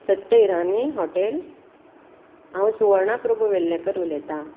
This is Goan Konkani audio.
सत्य हिरानी हॉटेल हांव सुवर्णा प्रभू वेल्लेकर उलयतां